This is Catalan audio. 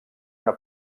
una